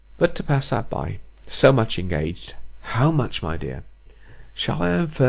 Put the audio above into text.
but, to pass that by so much engaged how much, my dear shall i infer?